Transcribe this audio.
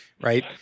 right